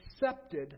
accepted